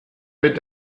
mit